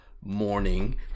morning